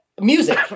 music